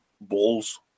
balls